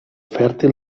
fèrtil